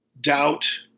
doubt